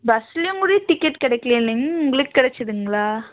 பஸ்லையும் கூட டிக்கெட் கிடைக்கல இல்லைலைங்க உங்களுக்கு கிடச்சிதுங்களா